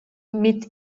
mit